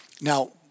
Now